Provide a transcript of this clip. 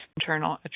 internal